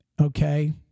okay